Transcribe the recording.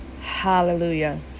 Hallelujah